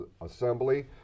Assembly